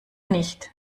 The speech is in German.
nicht